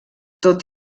tot